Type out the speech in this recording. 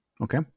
okay